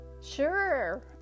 sure